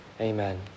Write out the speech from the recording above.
Amen